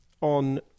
on